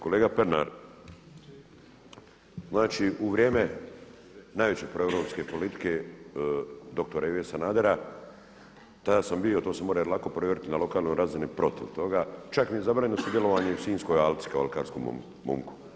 Kolega Pernar, znači u vrijeme najveće proeuropske politike doktora Ive Sanadera tada sam bio, to se može lako provjeriti na lokalnoj razini protiv toga, čak mi je zabranjeno sudjelovanje i u Sinjskoj alci kao alkarskom momku.